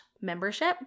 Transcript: membership